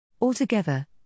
Altogether